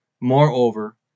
Moreover